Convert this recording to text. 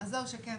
אז זהו שכן.